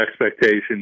expectations